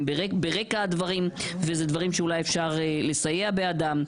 ברקע הדברים וזה דברים שאולי אפשר לסייע בידם,